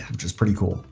which is pretty cool.